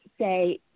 Say